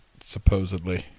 Supposedly